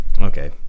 Okay